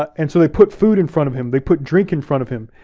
and so they put food in front of him, they put drink in front of him,